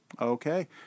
Okay